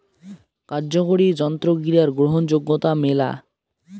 কার্যকরি যন্ত্রগিলার গ্রহণযোগ্যতা মেলা